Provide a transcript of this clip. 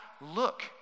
look